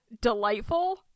delightful